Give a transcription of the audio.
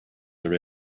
are